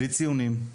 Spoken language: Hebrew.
בלי ציונים,